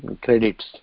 credits